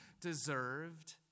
deserved